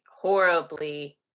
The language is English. horribly